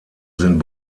sind